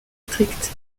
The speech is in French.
strictes